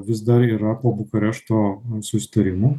vis dar yra po bukarešto susitarimų